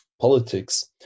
politics